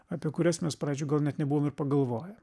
apie kurias mes pradžioj gal net nebuvom ir pagalvoję